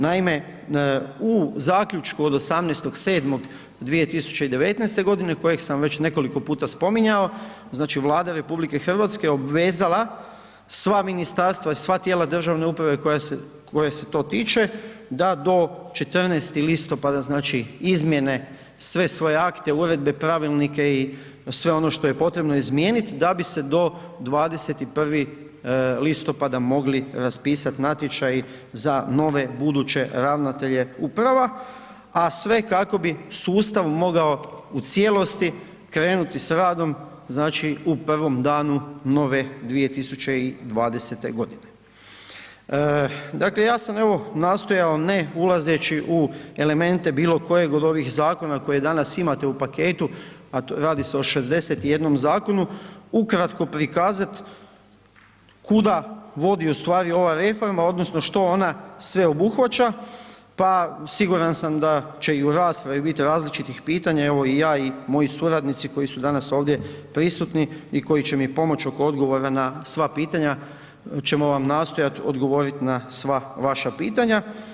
Naime, u zaključku od 18.7.2019.g. kojeg sam već nekoliko puta spominjao, znači Vlada RH je obvezala sva ministarstva i sva tijela državne uprave koje se to tiče, da do 14.10. znači izmjene sve svoje akte, uredbe, pravilnike i sve ono što je potrebno izmijenit da bi se do 21.10. mogli raspisat natječaji za nove buduće ravnatelje uprava, a sve kako bi sustav mogao u cijelosti krenuti s radom, znači u prvom danu Nove 2020.g. Dakle, ja sam evo nastojao ne ulazeći u elemente bilo kojeg od ovih zakona koje danas imate u paketu, a radi se o 61 zakonu, ukratko prikazat kuda vodi ustvari ova reforma odnosno što ona sve obuhvaća, pa siguran sam da će i u raspravi bit različitih pitanja, evo i ja i moji suradnici koji su danas ovdje prisutni i koji će mi pomoć oko odgovora na sva pitanja, ćemo vam nastojat odgovorit na sva vaša pitanja.